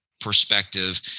perspective